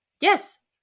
Yes